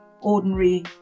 ordinary